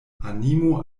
animo